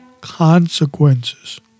consequences